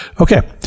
Okay